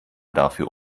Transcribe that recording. dafür